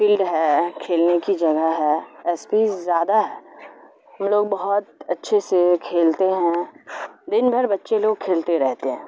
field ہے کھیلنے کی جگہ ہے ایسپیس زیادہ ہے ہم لوگ بہت اچھے سے کھیلتے ہیں دن بھر بچے لوگ کھیلتے رہتے ہیں